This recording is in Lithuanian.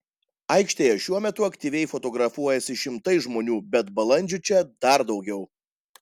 aikštėje šiuo metu aktyviai fotografuojasi šimtai žmonių bet balandžių čia dar daugiau